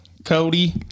Cody